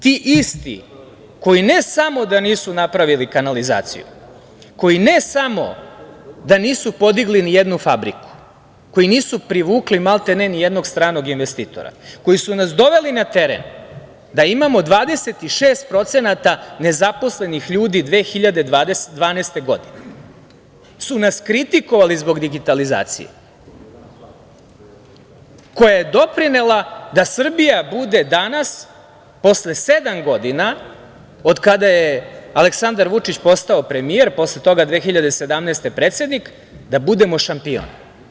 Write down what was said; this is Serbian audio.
Ti isti koji ne samo da nisu napravili kanalizaciju, koji ne samo da nisu podigli nijednu fabriku, koji nisu privukli maltene nijednog stranog investitora, koji su nas doveli na teren da imamo 26% nezaposlenih ljudi 2012. godine su nas kritikovali zbog digitalizacije koja je doprinela da Srbija bude danas, posle sedam godina od kada je Aleksandar Vučić postao premijer, posle toga 2017. godine predsednik, da budemo šampion.